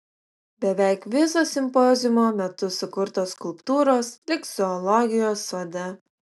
beveik visos simpoziumo metu sukurtos skulptūros liks zoologijos sode